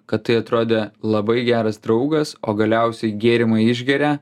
kad tai atrodė labai geras draugas o galiausiai gėrimą išgeria